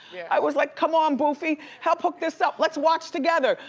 i was like, come on, boofy. help hook this up. let's watch together.